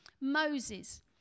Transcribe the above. Moses